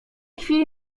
chwili